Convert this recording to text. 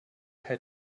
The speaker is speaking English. had